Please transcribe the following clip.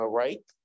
right